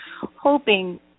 hoping